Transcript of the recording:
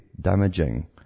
damaging